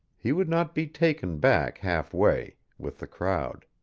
he would not be taken back half-way, with the crowd.